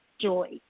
joy